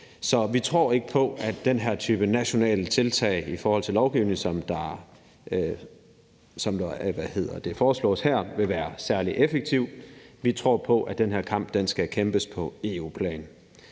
Så vi tror ikke på, at den her type nationale tiltag i forhold til lovgivning, som der foreslås her, vil være særlig effektiv. Vi tror på, at den her kamp skal kæmpes på EU-plan,